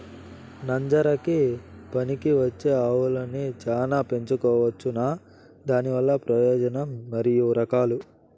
నంజరకి పనికివచ్చే ఆవులని చానా పెంచుకోవచ్చునా? దానివల్ల ప్రయోజనం మరియు రకాలు?